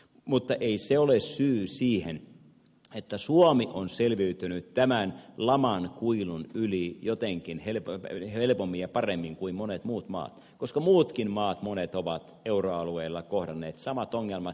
mutta ei se ole syy siihen että suomi on selviytynyt tämän laman kuilun yli jotenkin helpommin ja paremmin kuin monet muut maat koska monet muutkin maat ovat euroalueella kohdanneet samat ongelmat